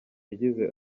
yagize